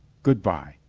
good-by.